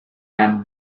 and